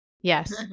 Yes